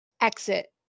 exit